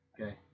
Okay